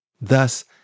Thus